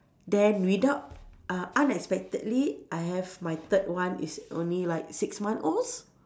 then without uh unexpectedly I have my third one is only like six month old